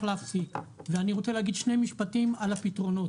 להפסיק ואני רוצה להגיד שני משפטים על הפתרונות.